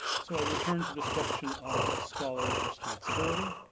so, i return to this question of the scholar's responsibility,